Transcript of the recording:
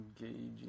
engaging